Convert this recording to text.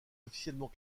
officiellement